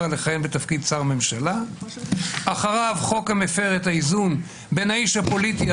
לכהן בתפקיד שר בממשלה; אחריו חוק המפר את האיזון בין האיש הפוליטי,